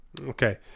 Okay